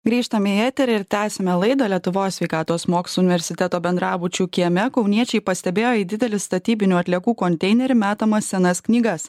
grįžtame į eterį ir tęsiame laidą lietuvos sveikatos mokslų universiteto bendrabučių kieme kauniečiai pastebėjo į didelį statybinių atliekų konteinerį metamas senas knygas